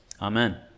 Amen